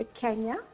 Kenya